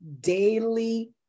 daily